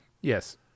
Yes